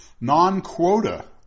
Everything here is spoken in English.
non-quota